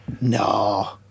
No